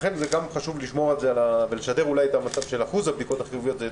לכן חשוב לשמור על זה ולשדר את מצב אחוז הבדיקות החיוביות.